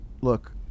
Look